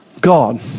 God